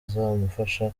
azamufasha